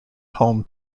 home